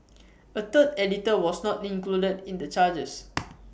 A third editor was not included in the charges